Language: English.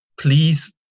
please